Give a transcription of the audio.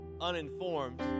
uninformed